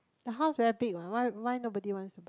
your house very big what why why nobody wants to buy